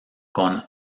con